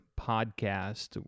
Podcast